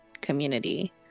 community